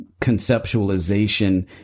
conceptualization